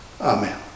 Amen